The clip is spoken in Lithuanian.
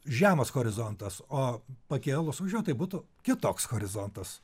žemas horizontas o pakėlus aukščiau tai būtų kitoks horizontas